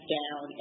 down